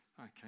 okay